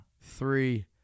three